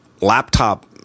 laptop